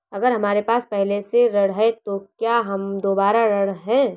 अगर हमारे पास पहले से ऋण है तो क्या हम दोबारा ऋण हैं?